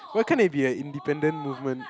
why can't it be an independent movement